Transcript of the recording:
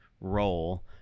role